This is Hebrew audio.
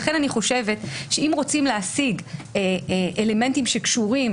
לכן אני חושבת שאם רוצים להשיג אלמנטים שקשורים